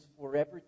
forever